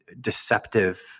deceptive